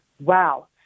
Wow